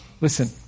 Listen